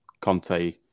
conte